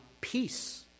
peace